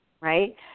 right